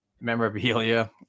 memorabilia